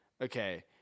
okay